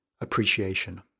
Appreciation